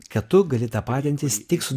kad tu gali tapatintis tik su